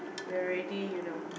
we're ready you know